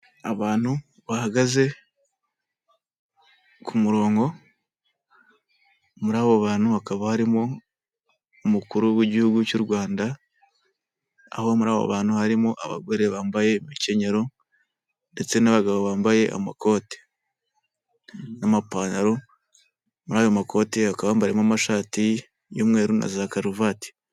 Abantu bahagaze ku murongo muri abo bantu hakaba harimo umukuru w'igihugu cy'u Rwanda aho muri abo bantu harimo abagore bambaye imikenyero ndetse n'abagabo bambaye amakoti n'amapantaro muri ayo makoti bakaba bambariyemo amashati y'umweru na za karuvati.